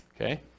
Okay